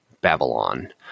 Babylon